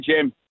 Jim